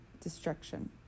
destruction